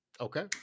Okay